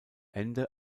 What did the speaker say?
ende